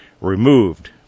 removed